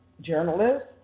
journalist